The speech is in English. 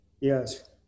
Yes